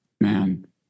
man